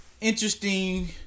interesting